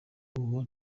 uwo